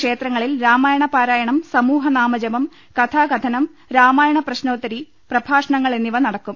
ക്ഷേത്ര ങ്ങളിൽ രാമായണപാരായണം സമൂഹ നാമജപം കഥാകഥനം രാമായണ പ്രശ്നോത്തരി പ്രഭാഷണങ്ങൾ എന്നിവ നടക്കും